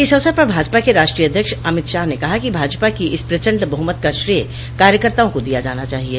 इस अवसर पर भाजपा के राष्ट्रीय अध्यक्ष अमित शाह ने कहा कि भाजपा की इस प्रचंड बहुमत का श्रेय कार्यकर्ताओं को दिया जाना चाहिये